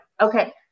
Okay